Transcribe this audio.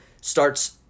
starts